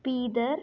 Bidar